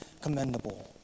commendable